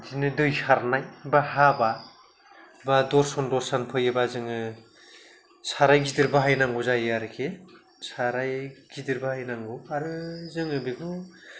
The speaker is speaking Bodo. बिदिनो दै सारनाय बा हाबा बा दसजन दसजन फैयोबा जोङो साराय गिदिर बाहायनांगौ जायो आरोखि साराय गिदिर बाहायनांगौ आरो जोङो बेखौ